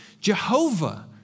Jehovah